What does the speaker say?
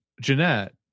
Jeanette